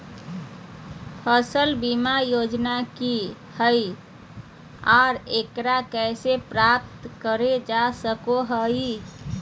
फसल बीमा योजना की हय आ एकरा कैसे प्राप्त करल जा सकों हय?